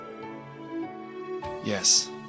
Yes